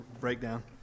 breakdown